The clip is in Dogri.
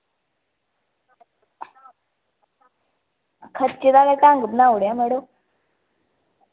खर्चे दा गै ढंग बनाई ओड़ेआ मड़ो